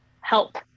help